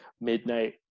midnight